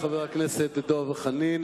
תודה רבה לחבר הכנסת דב חנין.